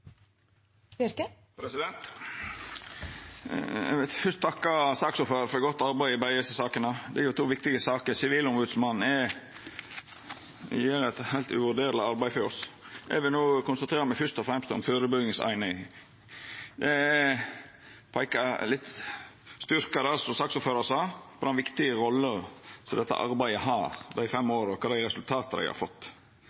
jo to viktige saker. Sivilombodsmannen gjer eit heilt uvurderleg arbeid for oss. Eg vil no konsentrera meg fyrst og fremst om førebuingseininga. Eg vil styrkja det som saksordføraren sa om den viktige rolla dette arbeidet har, og resultata dei har oppnådd i løpet av dei siste fem